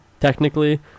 technically